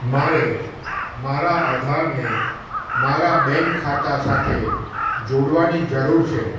મારે મારા આધારને મારા બેંક ખાતા સાથે જોડવાની જરુર છે